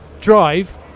drive